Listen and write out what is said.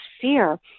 fear